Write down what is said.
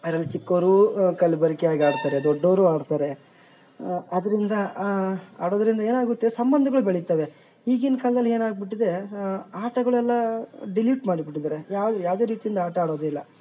ಅದ್ರಲ್ಲಿ ಚಿಕ್ಕೋರು ಕಲ್ಬರ್ಕೆಯಾಗಿ ಆಡ್ತಾರೆ ದೊಡ್ಡವರು ಆಡ್ತಾರೆ ಅದರಿಂದ ಆಡೋದರಿಂದ ಏನಾಗುತ್ತೆ ಸಂಬಂಧಗಳು ಬೆಳೀತವೆ ಈಗಿನ ಕಾಲ್ದಲ್ಲಿ ಏನಾಗಿ ಬುಟ್ಟಿದೆ ಆಟಗಳೆಲ್ಲ ಡಿಲೀಟ್ ಮಾಡಿ ಬಿಟ್ಟಿದ್ದಾರೆ ಯಾವ ಯಾವುದೇ ರೀತಿಲಿ ಆಟ ಆಡೋದಿಲ್ಲ